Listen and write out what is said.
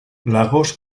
lagos